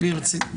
נו, ברצינות.